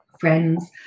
friends